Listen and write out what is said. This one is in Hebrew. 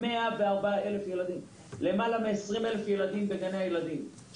למעלה מ-20,000 ילדים בגני הילדים,